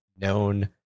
known